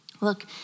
Look